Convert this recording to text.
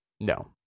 No